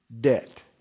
debt